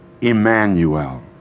Emmanuel